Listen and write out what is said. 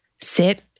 sit